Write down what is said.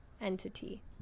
entity